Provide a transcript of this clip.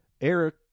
Eric